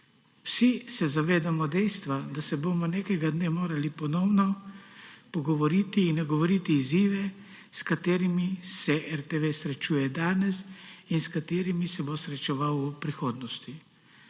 Vsi se zavedamo dejstva, da se bomo nekega dne morali ponovno pogovoriti in nagovoriti izzive, s katerimi se RTV srečuje danes in s katerimi se bo srečeval v prihodnosti.